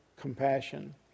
compassion